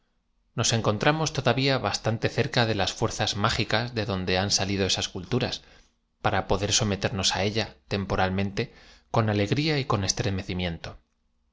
nos encontramos toda v ía bastante cerca de las fuerzas mágicas de donde han salido esas culturas para poder someternos á ella temporalmente con alegría y con estremecimiento